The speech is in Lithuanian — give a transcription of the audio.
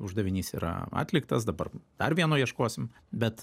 uždavinys yra atliktas dabar dar vieno ieškosim bet